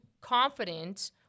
confident